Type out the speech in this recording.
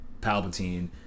Palpatine